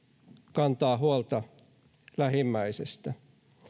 kantaa huolta lähimmäisestä